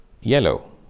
yellow